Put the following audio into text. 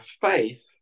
faith